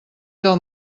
del